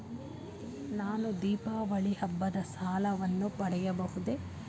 ನಾನು ದೀಪಾವಳಿ ಹಬ್ಬದ ಸಾಲವನ್ನು ಪಡೆಯಬಹುದೇ?